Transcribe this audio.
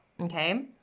Okay